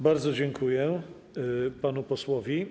Bardzo dziękuję panu posłowi.